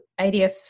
ADF